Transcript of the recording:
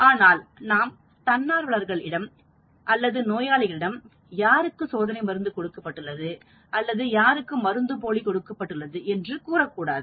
ஆனால் நாம் தன்னார்வலர்கள் இடம் அல்லது நோயாளிகளிடம் யாருக்கு சோதனை மருந்து கொடுக்கப்பட்டுள்ளது அல்லது மருந்து போலி கொடுக்கப்பட்டுள்ளது என்று கூறக்கூடாது